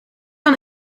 kan